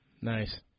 Nice